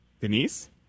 Denise